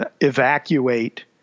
evacuate